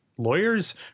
lawyers